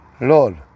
Lord